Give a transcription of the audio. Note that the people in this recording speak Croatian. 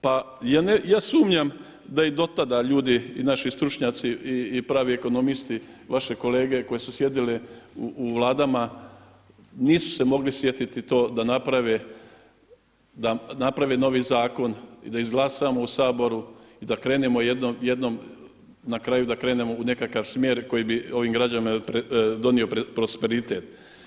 Pa ja sumnjam da i to tada ljudi i naši stručnjaci i pravi ekonomisti, vaše kolege koji su sjedili u vladama nisu se mogli sjetiti to da naprave novi zakon i da izglasamo u Saboru i da krenemo, jednom na kraju da krenemo u nekakav smjer koji bi ovim građanima donio prosperitet.